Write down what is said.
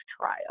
trial